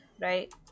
right